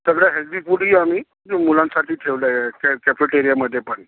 सगळं हेल्दी फूडही आम्ही मुलांसाठी ठेवलं आहे कॅ कॅफेटेरियामध्ये पण